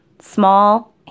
small